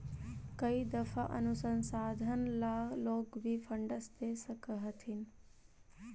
कई दफा अनुसंधान ला लोग भी फंडस दे सकअ हथीन